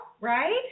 right